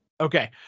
Okay